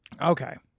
Okay